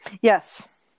yes